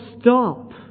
stop